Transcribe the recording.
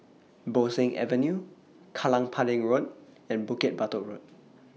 Bo Seng Avenue Kallang Pudding Road and Bukit Batok Road